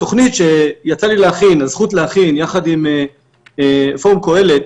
שיצאה לי הזכות להכין יחד עם פורום קהלת